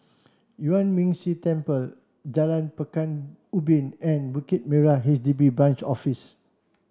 Yuan Ming Si Temple Jalan Pekan Ubin and Bukit Merah H D B Branch Office